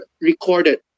recorded